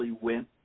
went